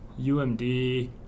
UMD